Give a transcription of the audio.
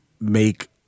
make